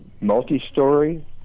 multi-story